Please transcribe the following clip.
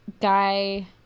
guy